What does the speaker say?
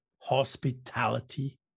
hospitality